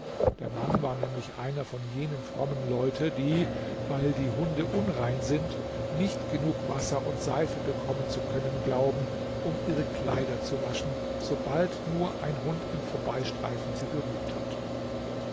der mann war nämlich einer von jenen frommen leuten die weil die hunde unrein sind nicht genug wasser und seife bekommen zu können glauben um ihre kleider zu waschen sobald nur ein hund im vorbeistreifen sie berührt hat